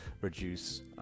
reduce